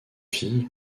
fille